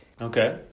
Okay